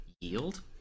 yield